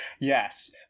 Yes